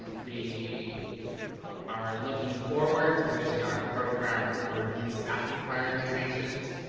um we are looking forward to finishing our program review staffing prioritizations,